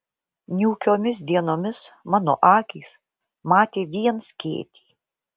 niūkiomis dienomis mano akys matė vien skėtį